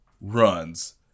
runs